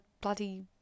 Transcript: bloody